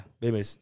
Baby